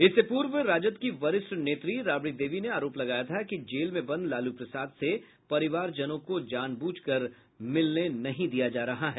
इससे पूर्व राजद की वरिष्ठ नेत्री राबड़ी देवी ने आरोप लगाया था कि जेल में बंद लालू प्रसाद से परिवारजनों को जानबूझ कर मिलने नहीं दिया जा रहा है